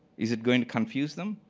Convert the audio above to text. is it going to confuse them?